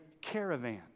caravan